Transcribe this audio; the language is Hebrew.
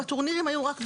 הטורנירים היו רק בחו"ל.